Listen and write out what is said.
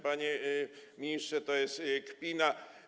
Panie ministrze, to jest kpina.